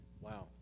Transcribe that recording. Wow